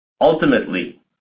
Ultimately